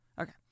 Okay